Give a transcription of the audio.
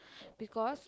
because